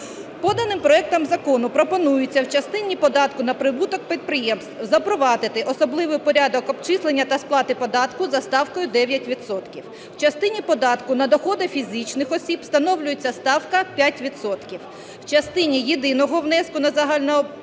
Поданим проектом закону пропонується в частині податку на прибуток підприємств запровадити особливий порядок обчислення та сплати податку за ставкою 9 відсотків. В частині податку на доходи фізичних осіб встановлюється ставка 5